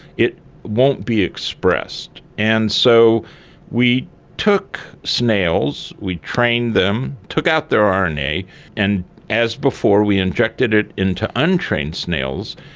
it won't be expressed. and so we took snails, we trained them, took out their um rna, and as before we injected it into untrained snails,